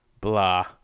blah